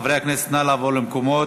חברי הכנסת, נא לעבור למקומות,